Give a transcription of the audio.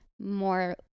more